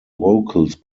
vocals